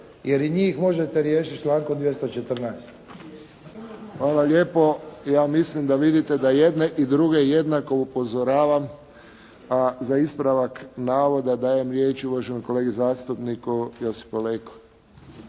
jer i njih možete riješiti člankom 214. **Friščić, Josip (HSS)** Hvala lijepo. Ja mislim da vidite da jedne i druge jednako upozoravam. A za ispravak navoda dajem riječ uvaženom kolegi zastupniku Josipu Leki.